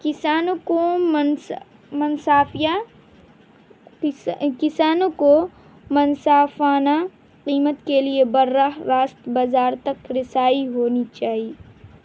کسانوں کو من منصفانہ کسانوں کو منصافانہ قیمت کے لیے براہِ راست بازار تک رسائی ہونی چاہی